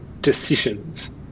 decisions